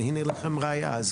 והנה לכם ראיה,